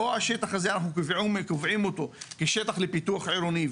או שאת השטח הזה קובעים כשטח לפיתוח עירוני,